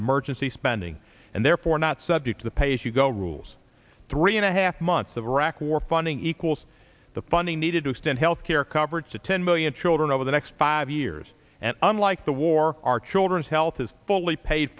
emergency spending and therefore not subject to the pay as you go rules three and a half months of iraq war funding equals the funding needed to extend health care coverage to ten million children over the next five years and unlike the war our children's health is fully paid